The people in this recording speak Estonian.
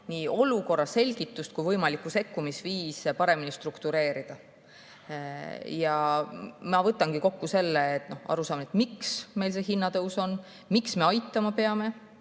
nii olukorra selgitust kui võimalikke sekkumisviise paremini struktureerida. Ja ma võtangi selle kokku, et aru saada, miks meil see hinnatõus on, miks me aitama peame,